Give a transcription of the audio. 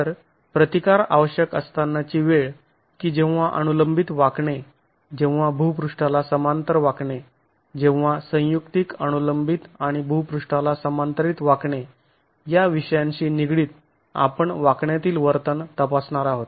तर प्रतिकार आवश्यक असतांनाची वेळ की जेव्हा अनुलंबीत वाकणे जेव्हा भूपृष्ठाला समांतर वाकणे जेव्हा संयुक्तीक अनुलंबीत आणि भूपृष्ठाला समांतरीत वाकणे या विषयांशी निगडीत आपण वाकण्यातील वर्तन तपासणार आहोत